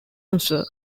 answer